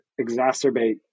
exacerbate